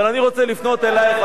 אבל אני רוצה לפנות אלייך,